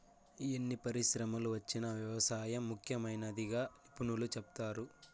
ఎన్ని పరిశ్రమలు వచ్చినా వ్యవసాయం ముఖ్యమైనదిగా నిపుణులు సెప్తారు